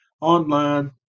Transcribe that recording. Online